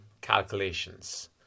calculations